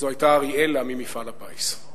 זו היתה אראלה ממפעל הפיס.